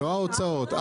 לא ההוצאות,